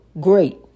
great